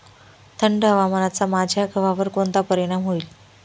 थंड हवामानाचा माझ्या गव्हावर कोणता परिणाम होईल?